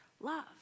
love